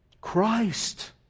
Christ